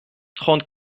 trente